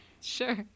Sure